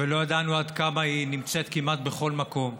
ולא ידענו עד כמה היא נמצאת כמעט בכל מקום.